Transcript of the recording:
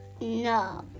No